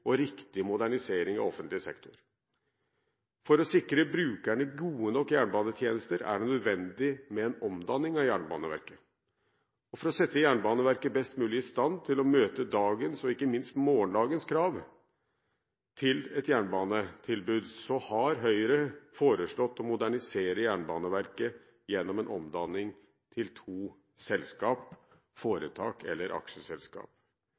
og riktig modernisering av offentlig sektor. For å sikre brukerne gode nok jernbanetjenester er det nødvendig med en omdanning av Jernbaneverket. For å sette Jernbaneverket best mulig i stand til å møte dagens – og ikke minst morgendagens – krav til et jernbanetilbud, har Høyre foreslått å modernisere Jernbaneverket gjennom en omdanning til to selskaper, foretak eller